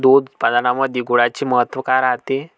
दूध उत्पादनामंदी गुळाचे महत्व काय रायते?